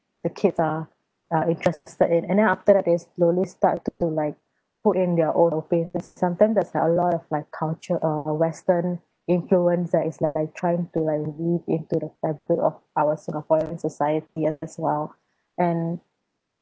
the kids are are interested in and then after that they slowly start to like put in their own opinion sometimes there's a lot of like culture uh western influence uh it's like trying to like move into the fabric of our singaporean society as well